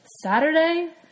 Saturday